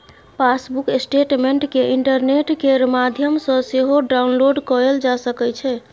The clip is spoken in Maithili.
पासबुक स्टेटमेंट केँ इंटरनेट केर माध्यमसँ सेहो डाउनलोड कएल जा सकै छै